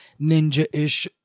ninja-ish